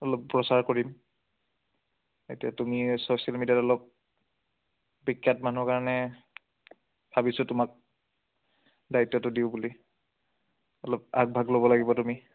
অলপ প্ৰচাৰ কৰিম এতিয়া তুমি অলপ বিখ্যাত মানুহৰ কাৰণে ভাবিছোঁ তোমাক দায়িত্বটো দিওঁ বুলি অলপ আগভাগ ল'ব লাগিব তুমি